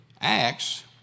Acts